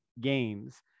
games